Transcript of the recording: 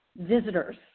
visitors